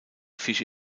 fische